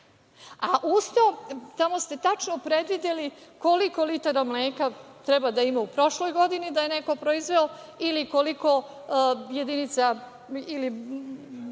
Ustav, tamo ste tačno predvideli koliko litara mleka treba da ima u prošloj godini da je neko proizveo ili koliko jedinica